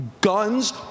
guns